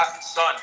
son